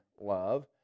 love